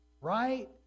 right